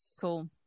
Cool